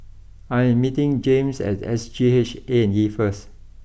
I am meeting James at S G H A and E first